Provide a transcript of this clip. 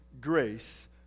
grace